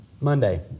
Monday